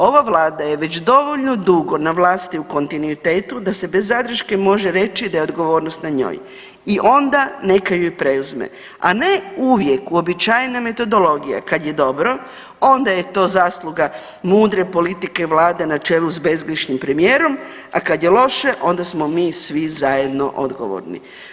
Ova Vlada je već dovoljno dugo na vlasti u kontinuitetu da se bez zadrške može reći da je odgovornost na njoj i onda neka je i preuzme, a ne uvijek uobičajena metodologija kad je dobro onda je to zasluga mudre politike Vlade na čelu sa bezgrešnim premijerom, a kad je loše onda smo mi svi zajedno odgovorni.